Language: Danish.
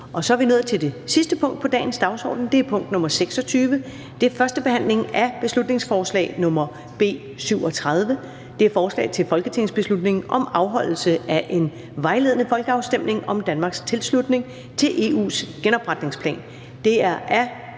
Det er vedtaget. --- Det sidste punkt på dagsordenen er: 26) 1. behandling af beslutningsforslag nr. B 37: Forslag til folketingsbeslutning om afholdelse af en vejledende folkeafstemning om Danmarks tilslutning til EU's genopretningsplan. Af